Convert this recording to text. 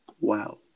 Wow